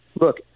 look